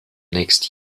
next